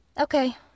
Okay